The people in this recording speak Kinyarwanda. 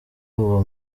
uwo